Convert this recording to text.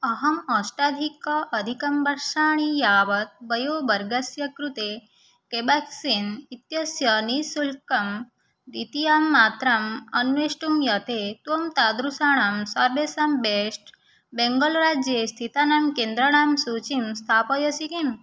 अहं अष्टाधिक अधिकं बर्षाणि यावत् वयोवर्गस्य कृते केबाक्सिन् इत्यस्य निश्शुल्कं दितियां मात्राम् अन्वेष्टुं यते त्वं तादृशाणां सर्वेषां बेस्ट् बेङ्गाल् राज्ये स्थितानां केन्द्राणां सूचीं स्थापयसि किम्